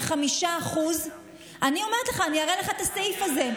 95% אני אומרת לך, אני אראה לך את הסעיף הזה.